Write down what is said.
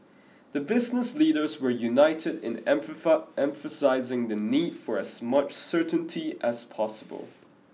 the business leaders were united in emphasising the need for as much certainty as possible